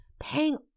paying